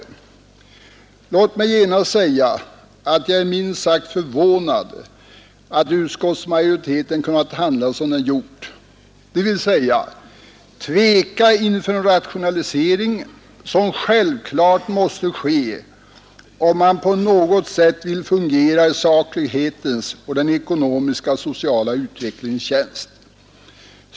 Låt mig genast säga att jag är minst sagt förvånad över att utskottsmajoriteten kunnat handla som den gjort, dvs. tveka inför en rationalisering som självklart måste ske, om man på något sätt vill fungera i saklighetens och den ekonomiska och sociala utvecklingens tjänst.